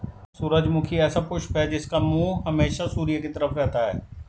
सूरजमुखी ऐसा पुष्प है जिसका मुंह हमेशा सूर्य की तरफ रहता है